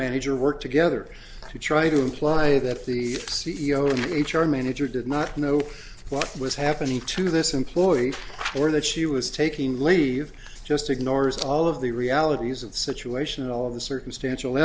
manager work together to try to imply that the c e o of h r manager did not know what was happening to this employee or that she was taking leave just ignores all of the realities of the situation and all of the circumstantial